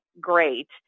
great